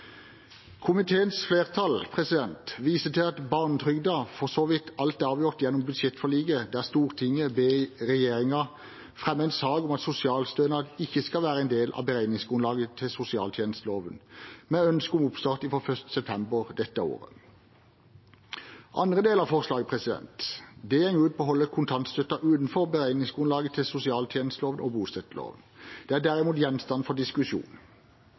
Komiteens flertall viser til at barnetrygden for så vidt alt er håndtert gjennom budsjettforliket, der Stortinget ber regjeringen fremme en sak om at sosialstønad ikke skal være en del av beregningsgrunnlaget etter sosialtjenesteloven, med ønske om oppstart fra 1. september dette året. Andre del av forslaget går ut på å holde kontantstøtten utenfor beregningsgrunnlaget etter sosialtjenesteloven og bostøtteloven. Dette er derimot gjenstand for diskusjon.